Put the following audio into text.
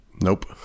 nope